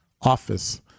office